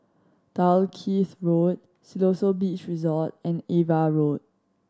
Dalkeith Road Siloso Beach Resort and Ava Road